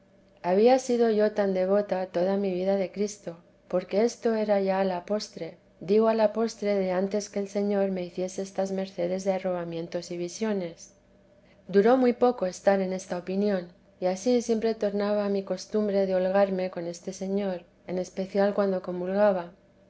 había sido yo tan devota toda mi vida de cristo porque esto era ya a la postre digo a la postre de antes que el señor me hiciese estas mercedes de arrobamientos y visiones duró muy poco estar en esta opinión y ansí siempre tornaba a mi costumbre de holgarme con este señor en especial cuando comulgaba